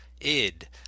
id